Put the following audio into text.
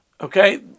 Okay